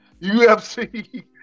UFC